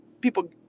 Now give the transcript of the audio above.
people